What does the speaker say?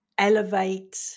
elevate